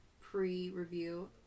pre-review